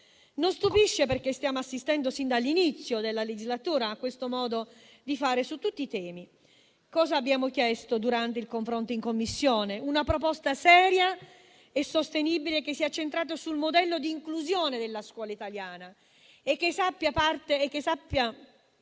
non stupisce perché stiamo assistendo sin dall'inizio della legislatura a questo modo di fare su tutti i temi. Durante il confronto in Commissione, abbiamo chiesto una proposta seria e sostenibile, che sia centrata sul modello di inclusione della scuola italiana e che sappia partire dalla